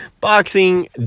boxing